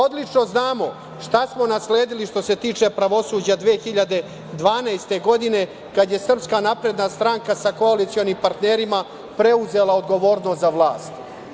Odlično znamo šta smo nasledili što se tiče pravosuđa 2012. godine, kad je SNS sa koalicionim partnerima preuzela odgovornost za vlast.